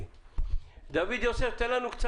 דוד יוסף, בבקשה.